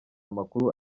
amakuru